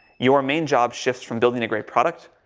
your main job shifts from building a great product.